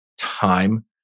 time